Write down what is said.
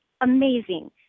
amazing